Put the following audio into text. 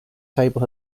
table